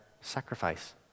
sacrifice